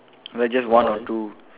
like just one or two